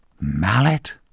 mallet